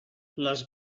les